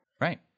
Right